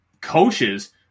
coaches